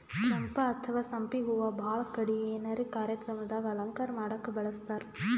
ಚಂಪಾ ಅಥವಾ ಸಂಪಿಗ್ ಹೂವಾ ಭಾಳ್ ಕಡಿ ಏನರೆ ಕಾರ್ಯಕ್ರಮ್ ದಾಗ್ ಅಲಂಕಾರ್ ಮಾಡಕ್ಕ್ ಬಳಸ್ತಾರ್